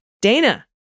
Dana